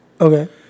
Okay